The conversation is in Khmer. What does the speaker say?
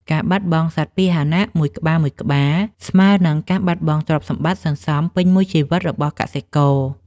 ការបាត់បង់សត្វពាហនៈមួយក្បាលៗ ស្មើនឹងការបាត់បង់ទ្រព្យសម្បត្តិសន្សំពេញមួយជីវិតរបស់កសិករ។